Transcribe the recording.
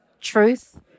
truth